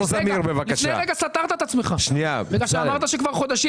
לפני רגע סתרת את עצמך בגלל שאמרת שכבר חודשים